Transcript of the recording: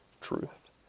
truth